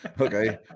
Okay